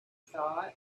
thought